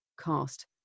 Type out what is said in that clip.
cast